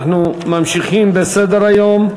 נעבור להצעות לסדר-היום בנושא: